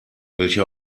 welcher